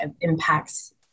impacts